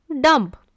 Dump